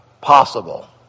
possible